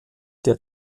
der